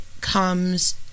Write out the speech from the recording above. comes